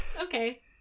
Okay